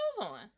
on